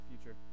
future